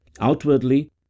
Outwardly